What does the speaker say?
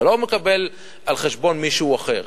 אתה לא מקבל על חשבון מישהו אחר.